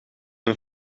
een